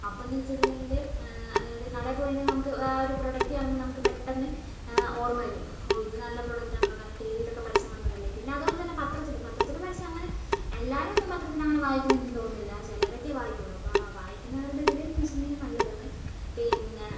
അപ്പം എന്ന് വെച്ചിട്ടുണ്ടെങ്കിൽ അതായത് കടയിൽ പോയിട്ടുണ്ടെങ്കിൽ നമുക്ക് ആ ഒരു പ്രൊഡക്റ്റ് കാണുമ്പോൾ നമുക്ക് പെട്ടന്ന് ഓർമ്മ വരും ഓ ഇത് നല്ല പ്രൊഡക്റ്റാണല്ലോ കാരണം ടി വിയിലൊക്കെ പരസ്യം വന്നതല്ലേ പിന്നെ അതുപോലെ തന്നെ പത്രത്തിലും പത്രത്തിലെ പരസ്യം അങ്ങനെ എല്ലാവരും ഒന്നും പത്രത്തിലങ്ങനെ വായിക്കുമെന്ന് എനിക്ക് തോന്നുന്നില്ല ചിലൊരൊക്കെ വായിക്കോളൂ അപ്പോൾ വായിക്കുന്നവരുടെ ഇതിൽ എന്നുവെച്ചിട്ടുണ്ടെങ്കിൽ നല്ലതാണ് പിന്നെ